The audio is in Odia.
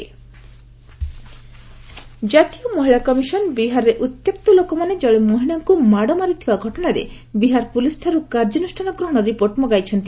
ଏନ୍ସିଡବ୍ଲ୍ୟୁ ବିହାର ଜାତୀୟ ମହିଳା କମିଶନ୍ ବିହାରରେ ଉତ୍ୟକ୍ତ ଲୋକମାନେ ଜଣେ ମହିଳାଙ୍କୁ ମାଡ଼ ମାରିଥିବା ଘଟଣାରେ ବିହାର ପୁଲିସ୍ଠାରୁ କାର୍ଯ୍ୟାନୁଷ୍ଠାନ ଗ୍ରହଣ ରିପୋର୍ଟ ମଗାଇଛନ୍ତି